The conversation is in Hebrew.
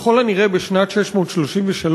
ככל הנראה בשנת 633,